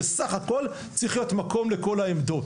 בסך הכול צריך להיות מקום לכל העמדות,